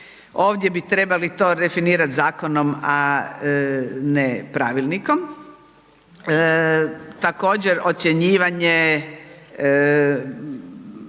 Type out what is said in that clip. ovdje bi trebali to definirat zakonom, a ne pravilnikom. Također, ocjenjivanje